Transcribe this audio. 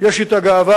שיש אתה גאווה,